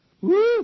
Woo